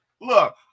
look